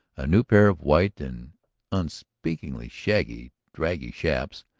a new pair of white and unspeakably shaggy, draggy chaps,